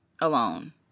alone